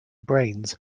brains